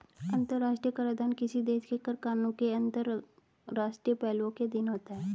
अंतर्राष्ट्रीय कराधान किसी देश के कर कानूनों के अंतर्राष्ट्रीय पहलुओं के अधीन होता है